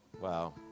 Wow